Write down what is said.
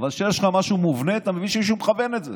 אבל כשיש לך משהו מובנה אתה מבין שמישהו מכוון את זה